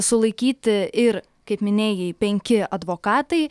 sulaikyti ir kaip minėjai penki advokatai